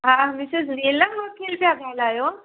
हा मिसिस नीलम वकील पिया ॻाल्हायो